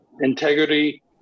integrity